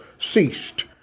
ceased